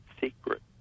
secret